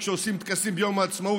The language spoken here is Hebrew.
כשעושים טקסים ביום העצמאות,